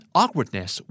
awkwardness